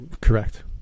Correct